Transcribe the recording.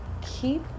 keep